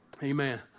Amen